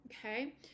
Okay